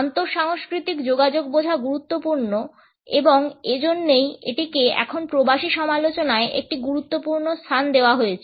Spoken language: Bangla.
আন্তঃসাংস্কৃতিক যোগাযোগ বোঝা গুরুত্বপূর্ণ এবং এজন্যই এটিকে এখন প্রবাসী সমালোচনায় একটি গুরুত্বপূর্ণ স্থান দেওয়া হয়েছে